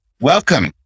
Welcome